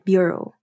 Bureau